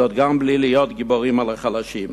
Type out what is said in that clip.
גם בלי להיות גיבורים על חלשים.